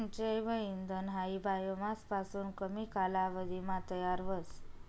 जैव इंधन हायी बायोमास पासून कमी कालावधीमा तयार व्हस